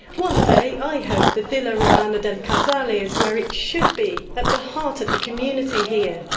one day i hope the villa romana del casale is where it should be, at the heart of the community here,